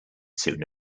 soon